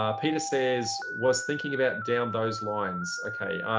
um peter says was thinking about down those lines. okay.